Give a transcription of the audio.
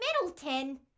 Middleton